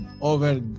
over